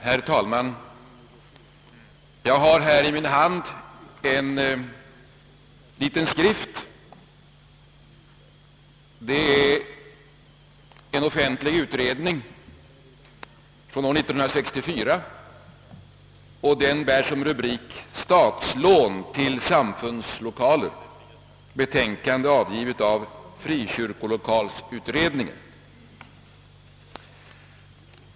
Herr talman! Jag har i min hand ett offentligt betänkande från år 1964 som bär rubriken »Statslån till samfundslokaler, betänkande avgivet av frikyrkolokalsutredningen».